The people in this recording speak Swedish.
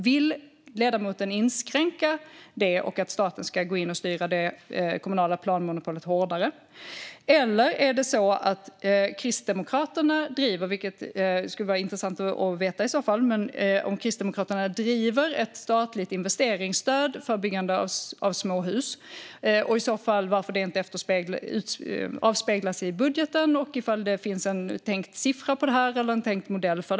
Vill ledamoten inskränka detta och att staten ska styra det kommunala planmonopolet hårdare? Eller är det så att Kristdemokraterna driver - vilket skulle vara intressant att få veta - ett statligt investeringsstöd för byggande av småhus utan att det avspeglas i budgeten? Finns en tänkt siffra eller en tänkt modell?